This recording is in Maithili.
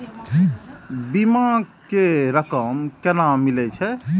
बीमा के रकम केना मिले छै?